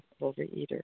overeater